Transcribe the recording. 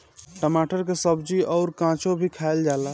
टमाटर के सब्जी अउर काचो भी खाएला जाला